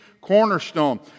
cornerstone